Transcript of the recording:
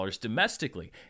domestically